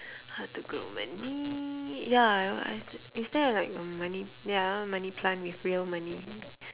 how to grow money ya i~ is there like a money ya money plant with real money